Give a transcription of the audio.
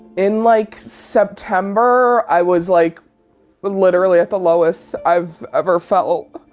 in like september, i was like literally at the lowest i've ever felt.